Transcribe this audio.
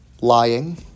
Lying